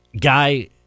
guy